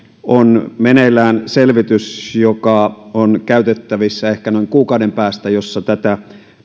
on meneillään selvitys joka on käytettävissä ehkä noin kuukauden päästä ja jossa tätä